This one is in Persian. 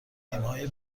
تیمهای